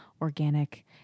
organic